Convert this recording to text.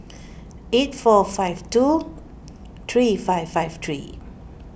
eight four five two three five five three